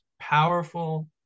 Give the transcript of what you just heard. powerful